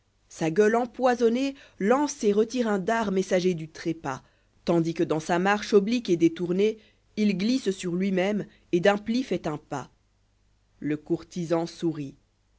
sa gueule empoisonnée lance et retire un dard messager du trépas tandis que dans sa marche oblique et détournée il glisse sur lui-même et d'un pli fait un pas le courtisan sourit